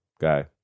guy